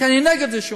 כי אני נגד עישון.